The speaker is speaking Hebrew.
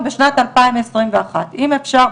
בשנת 2021. אם אפשר,